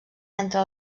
entre